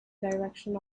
direction